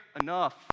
enough